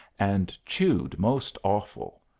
and chewed most awful,